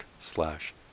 slash